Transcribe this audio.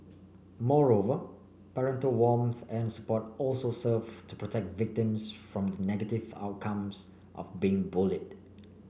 moreover parental warmth and support also serve to protect victims from the negative outcomes of being bullied